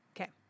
Okay